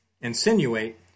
insinuate